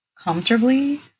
comfortably